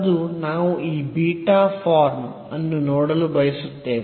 ಅದು ನಾವು ಈ ಬೀಟಾ ಫಾರ್ಮ್ ಅನ್ನು ನೋಡಲು ಬಯಸುತ್ತೇವೆ